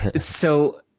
ah so,